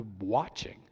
watching